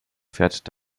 fährt